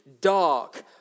dark